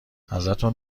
ازتون